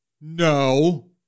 No